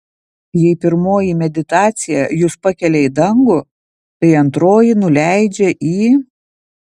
jei pirmoji meditacija jus pakelia į dangų tai antroji nuleidžia į